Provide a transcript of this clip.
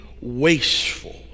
wasteful